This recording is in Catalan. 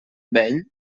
vell